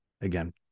again